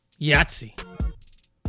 Yahtzee